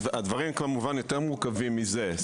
הדברים כמובן יותר מורכבים מזה.